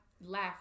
laugh